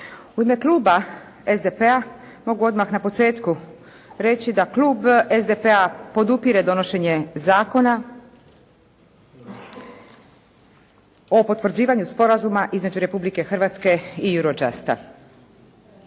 U ime Kluba SDP-a mogu odmah na početku reći da Klub SDP-a podupire provođenje Zakona o potvrđivanju Sporazuma između Republike Hrvatske i Eurojusta.